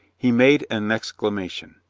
he made an exclamation.